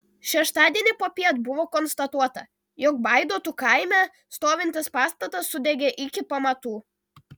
šeštadienį popiet buvo konstatuota jog baidotų kaime stovintis pastatas sudegė iki pamatų